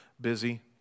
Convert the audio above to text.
busy